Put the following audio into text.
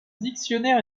dictionnaire